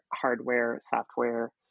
hardware-software